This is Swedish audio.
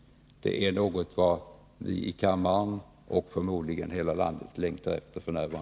Det är något som vi i kammaren och förmodligen alla i landet f. n. längtar efter.